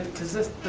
because this